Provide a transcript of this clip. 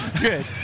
Good